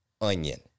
onion